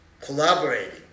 collaborating